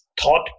thought